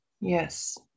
Yes